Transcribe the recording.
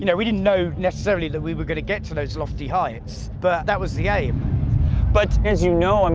you know we didn't know necessarily that we were gonna get to those lofty heights, but that was the aim. sam but, as you know, i mean,